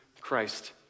Christ